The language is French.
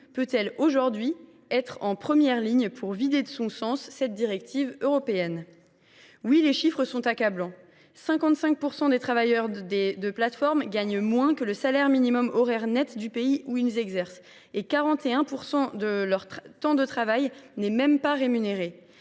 peut elle aujourd’hui être en première ligne pour vider de son sens cette directive européenne ? Les chiffres sont accablants : 55 % des travailleurs de plateformes gagnent moins que le salaire minimum horaire net du pays où ils exercent et 41 % de leur temps de travail ne sont même pas rémunérés.